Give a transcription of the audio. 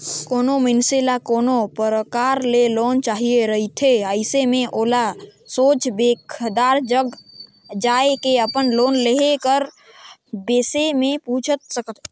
कोनो मइनसे ल कोनो परकार ले लोन चाहिए रहथे अइसे में ओला सोझ बेंकदार जग जाए के अपन लोन लेहे कर बिसे में पूइछ सके